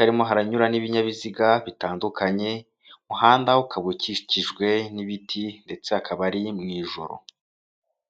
harimo haranyura n'ibinyabiziga bitandukanye umuhanda ukaba ukikijwe n'ibiti ndetse akaba ari mu ijoro.